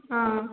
ಹಾಂ